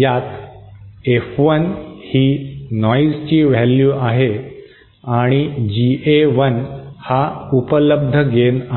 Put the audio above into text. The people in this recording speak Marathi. यात एफ 1 ही नॉइजची व्हॅल्यू आहे आणि जीए1 हा उपलब्ध गेन आहे